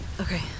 Okay